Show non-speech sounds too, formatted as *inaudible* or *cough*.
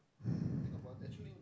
*breath*